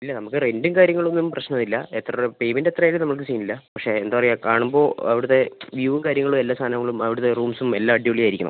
ഇല്ല നമുക്ക് റെൻറ്റും കാര്യങ്ങളുമൊന്നും പ്രശ്നമില്ല എത്ര രൂ പേയ്മെൻറ്റ് എത്രയായാലും നമുക്ക് സീൻ ഇല്ല പക്ഷേ എന്താണ് പറയുക കാണുമ്പോൾ അവിടുത്തെ വ്യൂ കാര്യങ്ങളും എല്ലാ സാധനങ്ങളും അവിടുത്തെ റൂംസും എല്ലാം അടിപൊളിയായിരിക്കണം